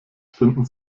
finden